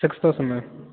six thousand ma'am